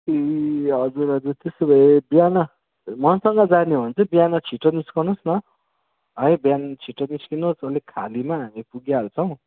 ए हजुर हजुर त्यसो भए बिहान मसँग जाने हो भने चाहिँ बिहान छिटो निस्कनोस् न है बिहान छिटो निस्किनुहोस् अलिक खालीमा हामी पुगिहाल्छौँ